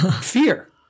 Fear